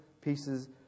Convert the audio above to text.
pieces